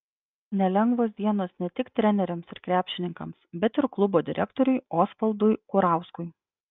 nelengvos dienos ne tik treneriams ir krepšininkams bet ir klubo direktoriui osvaldui kurauskui